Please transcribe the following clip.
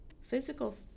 physical